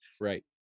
right